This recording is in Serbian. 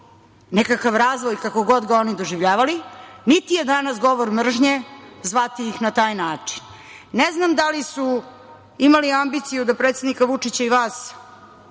nekakav razvoj kako god ga oni doživljavali, niti je danas govor mržnje zvati ih na taj način. Ne znam da li su imali ambiciju da predsednika Vučića i vas